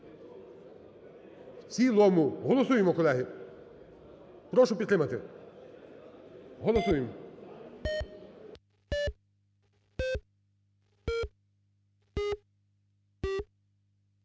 В цілому. Голосуємо, колеги. Прошу підтримати. Голосуємо.